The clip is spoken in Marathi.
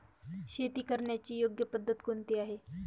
शेती करण्याची योग्य पद्धत कोणती आहे?